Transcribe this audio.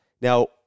now